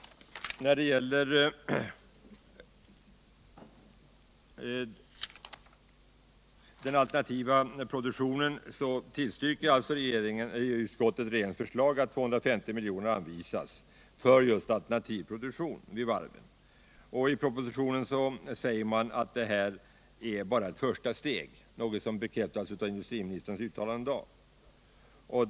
Utskottet tillstyrker regeringens förslag att 250 milj.kr. anvisas för alternativ produktion vid varven. I propositionen sägs att detta bara är ett första steg, något som bekräftades av industriministerns uttalande i dag.